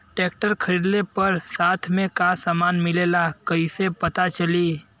Tractor खरीदले पर साथ में का समान मिलेला कईसे पता चली?